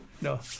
No